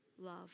love